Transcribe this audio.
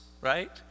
right